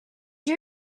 you